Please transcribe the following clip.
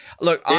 Look